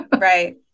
Right